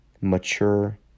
mature